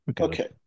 Okay